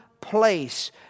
place